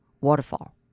Waterfall